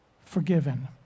forgiven